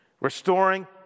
Restoring